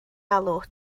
alw